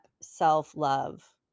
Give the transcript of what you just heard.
self-love